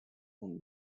and